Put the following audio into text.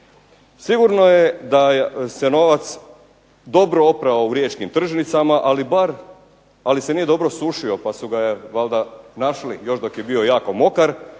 Sigurno je da se novac dobro oprao u Riječkim tržnicama, ali bar, ali se nije dobro osušio pa su ga valjda našli još dok je bio jako mokar